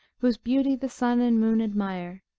whose beauty the sun and moon admire